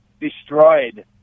destroyed